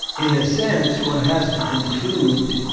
in a sense, one has to conclude.